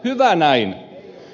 hyvä näin